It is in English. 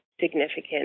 significant